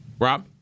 Rob